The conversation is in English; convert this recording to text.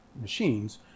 machines